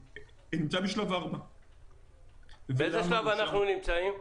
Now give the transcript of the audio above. נמצא בשלב 4. באיזה שלב אנחנו נמצאים?